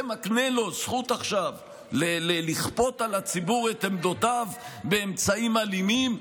זה מקנה לו עכשיו זכות לכפות על הציבור את עמדותיו באמצעים אלימים,